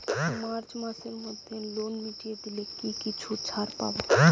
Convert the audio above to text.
March মাসের মধ্যে loan মিটিয়ে দিলে কি কিছু ছাড় পাব?